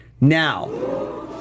Now